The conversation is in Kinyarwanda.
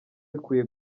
bikwiye